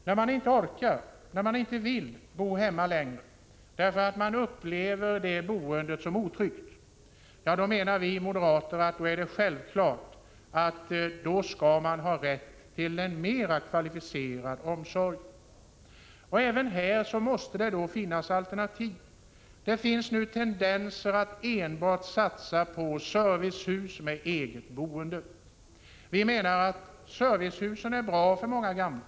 När man inte orkar och inte vill bo hemma längre därför att man upplever den boendeformen som otrygg, anser vi moderater att det är självklart att man skall ha rätt till en mera kvalificerad omsorg. Även här måste det finnas alternativ. Det finns nu tendenser att enbart satsa på servicehus med enskilt boende. Vi menar att servicehusen är bra för många gamla.